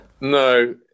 No